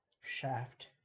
shaft